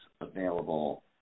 available